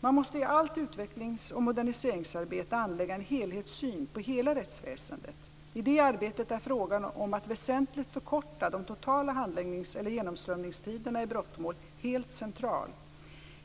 Man måste i allt utvecklings och moderniseringsarbete anlägga en helhetssyn på hela rättsväsendet. I det arbetet är frågan om att väsentligt förkorta de totala handläggnings eller genomströmningstiderna i brottmål helt central.